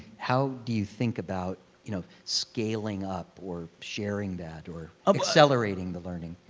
how do you think about you know scaling up or sharing that or um accelerating the learning?